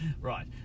Right